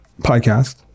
podcast